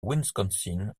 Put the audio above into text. wisconsin